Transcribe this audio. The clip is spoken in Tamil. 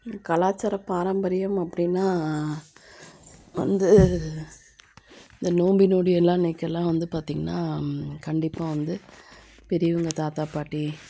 இது கலாச்சாரம் பாரம்பரியம் அப்படின்னா வந்து இந்த நோபினோடியெலாம் அன்னிக்கிலாம் வந்து பார்த்தீங்கன்னா கண்டிப்பாக வந்து பெரியவங்க தாத்தா பாட்டி